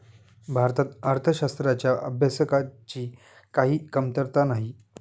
भारतात अर्थशास्त्राच्या अभ्यासकांची काही कमतरता नाही